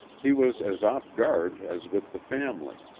he was as off guard as with the family.